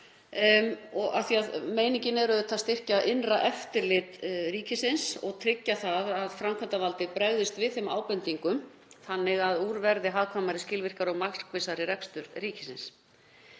aðilum. Meiningin er að styrkja innra eftirlit ríkisins og tryggja það að framkvæmdarvaldið bregðist við þeim ábendingum þannig að úr verði hagkvæmari, skilvirkari og markvissari rekstur ríkisins.